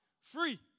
free